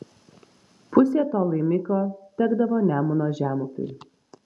pusė to laimikio tekdavo nemuno žemupiui